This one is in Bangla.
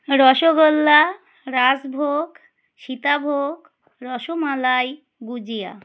রসগোল্লা রাজভোগ সীতাভোগ রসমালাই গুজিয়া